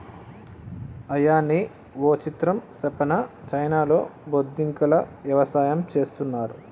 అయ్యనీ ఓ విచిత్రం సెప్పనా చైనాలో బొద్దింకల యవసాయం చేస్తున్నారు